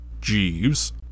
Jeeves